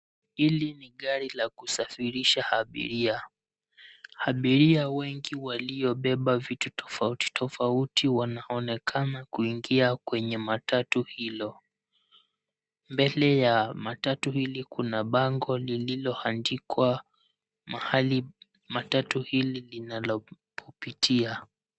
Hili ni gari la kusafirisha abiria. abiria wengi waliobeba vitu tofautofauti wanaonekana kuingia kwenye matatu hilo. Mbele ya matatu hili kuna bango lililoandikwa mahali matatu hili linapopitia.